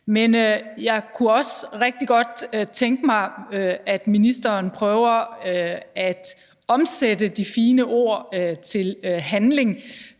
Men jeg kunne også rigtig godt tænke mig, at ministeren prøver at omsætte de fine ord til handling.